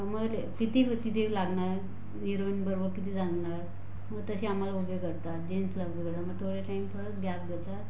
मग किती वेळ तिथे लागणार हिरोईन बरोबर किती लागणार मग तसे आम्हाला उभे करतात जेन्टसला बोलावून मग थोडा टाईम परत गॅप देतात